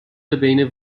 بین